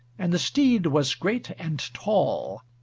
and the steed was great and tall.